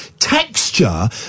texture